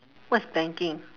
what's planking